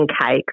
cakes